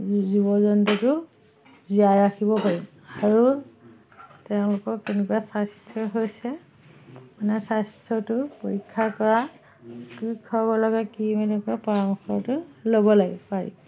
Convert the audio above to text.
জীৱ জন্তুটো জীয়াই ৰাখিব পাৰিম আৰু তেওঁলোকক কেনেকুৱা স্বাস্থ্য হৈছে মানে স্বাস্থ্যটো পৰীক্ষা কৰা কি খুৱাব লাগে পৰামৰ্শটো ল'ব লাগিব পাৰি